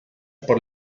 por